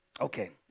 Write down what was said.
Okay